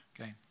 okay